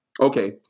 Okay